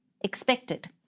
expected